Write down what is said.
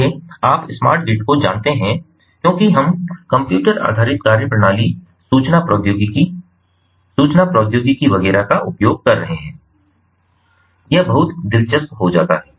इसलिए आप smart grid को जानते हैं क्योंकि हम कंप्यूटर आधारित कार्यप्रणाली सूचना प्रौद्योगिकी संचार प्रौद्योगिकी वगैरह का उपयोग कर रहे हैं यह बहुत दिलचस्प हो जाता है